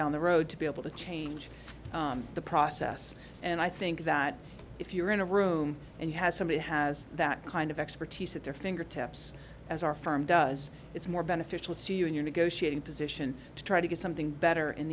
down the road to be able to change the process and i think that if you're in a room and you have somebody has that kind of expertise at their fingertips as our firm does it's more beneficial to you in your negotiating position to try to get something better in